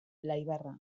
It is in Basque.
laibarra